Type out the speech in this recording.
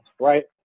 right